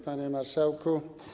Panie Marszałku!